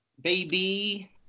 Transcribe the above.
baby